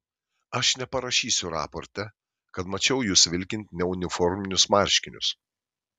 aš neparašysiu raporte kad mačiau jus vilkint neuniforminius marškinius